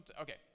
Okay